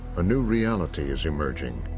a new reality is emerging.